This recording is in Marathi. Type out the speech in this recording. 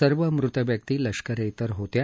सर्व मृत व्यक्ती लष्करेतर होत्या